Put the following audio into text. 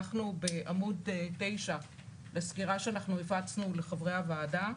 אנחנו בעמוד 9 לסקירה שהפצנו לחברי הוועדה.